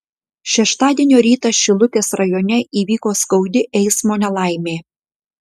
šeštadienio rytą šilutės rajone įvyko skaudi eismo nelaimė